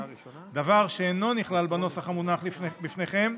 דבר שאינו נכלל בנוסח המונח בפניכם,